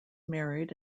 married